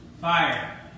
fire